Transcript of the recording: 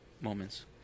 moments